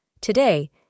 Today